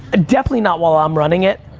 definitely not while i'm running it,